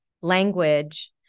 language